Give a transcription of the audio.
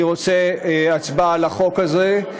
אני רוצה הצבעה על החוק הזה,